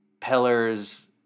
pillars